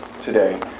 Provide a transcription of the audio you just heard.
today